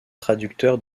traducteur